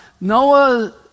Noah